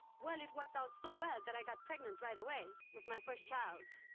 well, it worked out so well that i got pregnant right away with my first child.